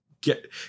get